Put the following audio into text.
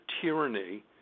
tyranny